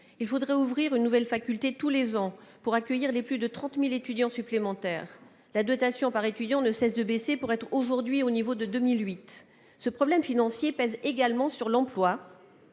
Il faudrait ouvrir une nouvelle faculté tous les ans pour accueillir les plus de 30 000 étudiants supplémentaires, alors que la dotation par étudiant ne cesse de baisser : elle est à l'heure actuelle au niveau de 2008. Ce problème financier pèse également sur l'emploi,